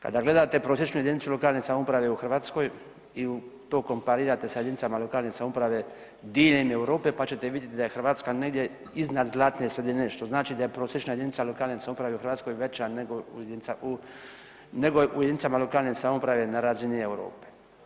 Kada gledate prosječnu jedinicu lokalne samouprave u Hrvatskoj i to komparirate sa jedinicama lokalne samouprave diljem Europe pa ćete vidjeti da je Hrvatska negdje iznad zlatne sredine što znači da je prosječna jedinica lokalne samouprave u Hrvatskoj veća nego u jedinicama lokalne samouprave na razini Europe.